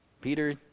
Peter